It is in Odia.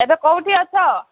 ଏବେ କେଉଁଠି ଅଛ